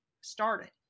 started